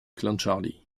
clancharlie